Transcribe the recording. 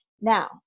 Now